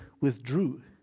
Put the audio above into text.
withdrew